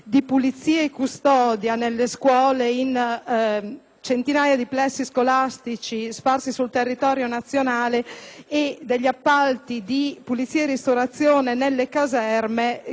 centinaia di plessi scolastici sparsi sul territorio nazionale e degli appalti di pulizia e ristorazione in decine di caserme sul territorio nazionale.